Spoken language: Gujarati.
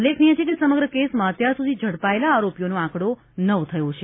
ઉલ્લેખનીય છે કે સમગ્ર કેસમાં અત્યાર સુધી ઝડપાયેલા આરોપીઓનો આંકડો નવ થયો છે